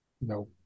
No